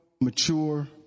mature